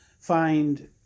find